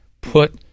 Put